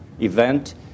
event